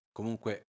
Comunque